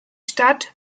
stadt